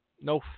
no